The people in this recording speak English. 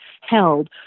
held